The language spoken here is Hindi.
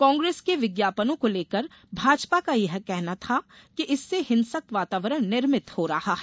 कांग्रेस के विज्ञापनों को लेकर भाजपा का यह कहना था कि इससे हिंसक वातावरण निर्मित हो रहा है